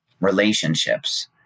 relationships